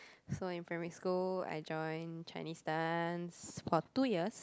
so in primary school I joined Chinese dance for two years